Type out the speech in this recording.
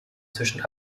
zwischen